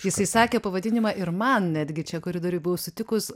jisai sakė pavadinimą ir man netgi čia koridoriuj buvau sutikus